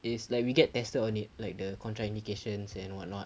is like we get tested on it like the contract indications and what not